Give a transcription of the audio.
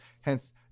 hence